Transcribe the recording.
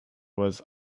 was